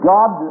God